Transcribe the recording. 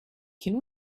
can